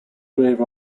grave